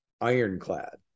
ironclad